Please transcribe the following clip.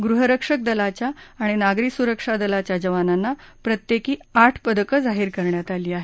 गृहरक्षक दलाच्या आणि नागरी सुरक्षा दलाच्या जवानांना प्रत्येकी आठ पदकं जाहीर करण्यात आली आहेत